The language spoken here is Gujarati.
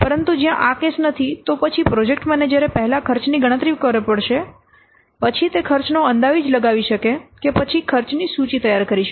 પરંતુ જ્યાં આ કેસ નથી તો પછી પ્રોજેક્ટ મેનેજરે પહેલા ખર્ચની ગણતરી કરવી પડશે પછી તે ખર્ચનો અંદાજ લગાવી શકે કે પછી ખર્ચની સૂચિ તૈયાર કરી શકે